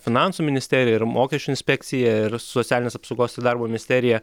finansų ministerija ir mokesčių inspekcija ir socialinės apsaugos ir darbo ministerija